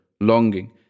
longing